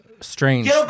strange